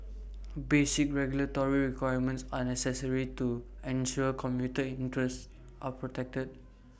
basic regulatory requirements are necessary to ensure commuter interests are protected